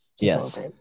yes